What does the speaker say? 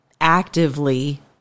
actively